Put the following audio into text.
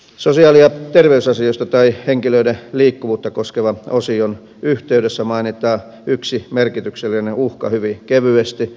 sosiaali ja terveysasioista tai henkilöiden liikkuvuutta koskevan osion yhteydessä mainitaan yksi merkityksellinen uhka hyvin kevyesti